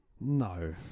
No